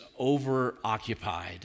overoccupied